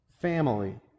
family